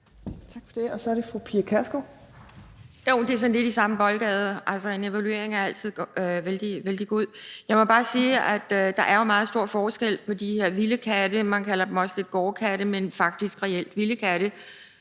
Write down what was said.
Kl. 11:26 Pia Kjærsgaard (DF): Det er sådan lidt i samme boldgade. Altså, en evaluering er altid vældig god. Jeg må jo bare sige, at der er meget stor forskel på de her vilde katte. Man kalder dem også lidt for gårdkatte, men det er faktisk reelt vilde katte,